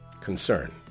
Concern